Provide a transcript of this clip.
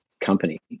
company